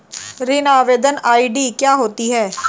ऋण आवेदन आई.डी क्या होती है?